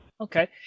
Okay